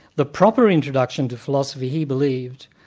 the proper introduction to philosophy, he believed,